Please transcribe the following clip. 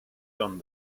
done